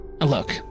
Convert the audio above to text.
Look